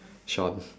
Shawn